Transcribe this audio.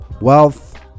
wealth